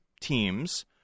teams